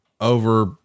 over